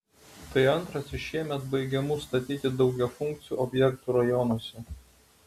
tai antras iš šiemet baigiamų statyti daugiafunkcių objektų rajonuose